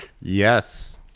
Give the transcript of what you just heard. Yes